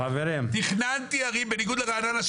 בניגוד לרעננה,